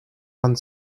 vingt